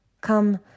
Come